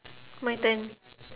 my turn